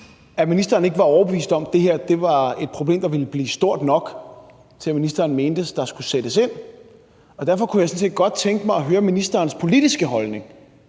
at ministeren ikke var overbevist om, at det her var et problem, der ville blive stort nok til, at ministeren mente, at der skulle sættes ind over for det. Derfor kunne jeg sådan set godt tænke mig at høre ministerens politiske holdning